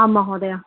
आं महोदय